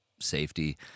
safety